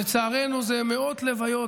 לצערנו זה מאות לוויות